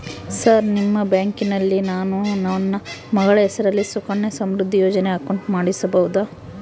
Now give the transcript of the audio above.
Sir ನಿಮ್ಮ ಬ್ಯಾಂಕಿನಲ್ಲಿ ನಾನು ನನ್ನ ಮಗಳ ಹೆಸರಲ್ಲಿ ಸುಕನ್ಯಾ ಸಮೃದ್ಧಿ ಯೋಜನೆ ಅಕೌಂಟ್ ಮಾಡಿಸಬಹುದಾ?